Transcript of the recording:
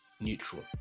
neutral